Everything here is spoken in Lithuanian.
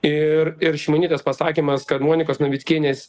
ir ir šimonytės pasakymas kad monikos navickienės